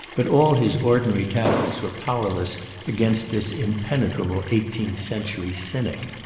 but all his ordinary tactics were powerless against this impenetrable eighteenth century cynic.